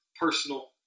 personal